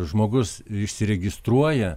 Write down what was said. žmogus išsiregistruoja